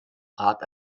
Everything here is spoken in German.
rat